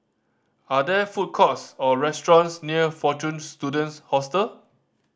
are there food courts or restaurants near Fortune Students Hostel